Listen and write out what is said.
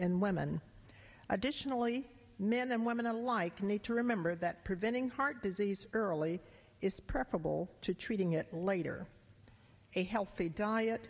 and women additionally men and women alike need to remember that preventing heart disease early is preferable to treating it later a healthy diet